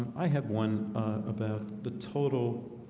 i had one about the total.